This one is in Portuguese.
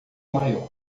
maior